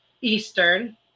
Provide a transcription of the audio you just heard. Eastern